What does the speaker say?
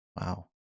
Wow